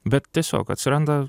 bet tiesiog atsiranda